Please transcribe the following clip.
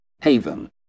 Haven